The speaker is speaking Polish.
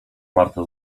marta